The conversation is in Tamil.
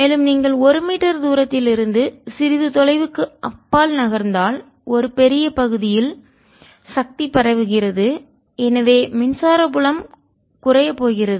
மேலும் நீங்கள் 1 மீட்டர் தூரத்தில் இருந்து சிறிது தொலைவுக்கு அப்பால் நகர்ந்தால் ஒரு பெரிய பகுதியில் ஏரியா சக்தி பவர் பரவுகிறது எனவே மின்சார புலம் குறையப் போகிறது